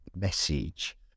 message